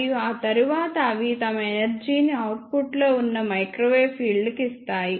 మరియు ఆ తరువాత అవి తమ ఎనర్జీ ని అవుట్పుట్ లో ఉన్న మైక్రోవేవ్ ఫీల్డ్కు ఇస్తాయి